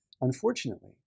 unfortunately